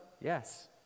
Yes